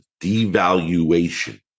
devaluation